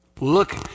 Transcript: Look